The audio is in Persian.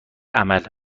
عمل